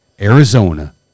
Arizona